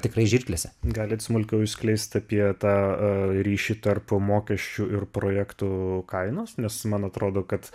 tikrai žirklėse galit smulkiau išskleist apie tą ryšį tarp mokesčių ir projektų kainos nes man atrodo kad